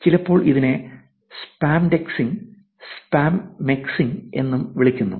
ചിലപ്പോൾ ഇതിനെ spamdexing spamdexing എന്നും വിളിക്കുന്നു